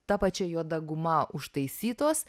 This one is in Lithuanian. ta pačia juoda guma užtaisytos